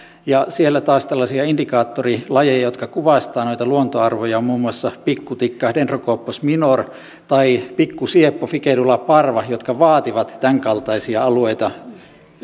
ja siellä taas tällaisia indikaattorilajeja jotka kuvastavat näitä luontoarvoja ovat muun muassa pikkutikka dendrocopos minor ja pikkusieppo ficedula parva jotka vaativat tämänkaltaisia alueita